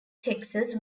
texas